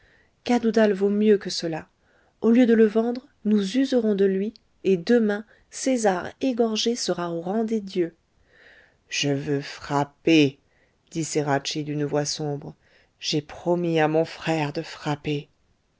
cadoudal vaut mieux que cela au lieu de le vendre nous userons de lui et demain césar égorgé sera au rang des dieux je veux frapper dit ceracchi d'une voix sombre j'ai promis à mon frère de frapper